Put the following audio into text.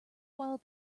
while